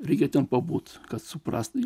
reikia ten pabūt kad suprasti